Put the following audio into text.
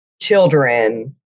children